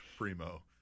primo